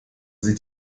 sie